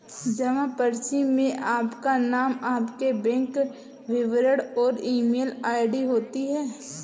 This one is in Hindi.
जमा पर्ची में आपका नाम, आपके बैंक विवरण और ईमेल आई.डी होती है